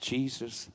Jesus